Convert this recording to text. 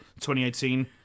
2018